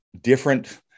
different